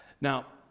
Now